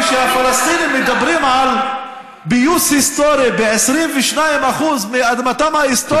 כשהפלסטינים מדברים על פיוס היסטורי ב-22% מאדמתם ההיסטורית,